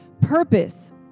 Purpose